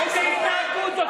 איזו התנהגות זאת?